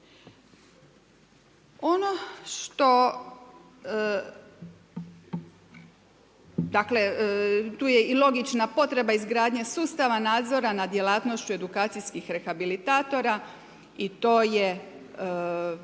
Ono što, dakle tu je i logična potreba izgradnje sustava nadzora nad djelatnošću edukacijskih rehabilitatora i to je